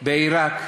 בעיראק,